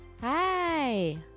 Hi